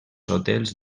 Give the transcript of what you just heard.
hotels